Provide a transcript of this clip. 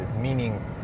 meaning